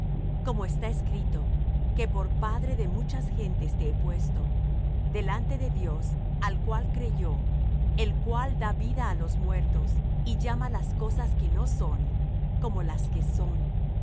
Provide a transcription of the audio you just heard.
de abraham el cual es padre de todos nosotros como está escrito que por padre de muchas gentes te he puesto delante de dios al cual creyó el cual da vida á los muertos y llama las cosas que no son como las que son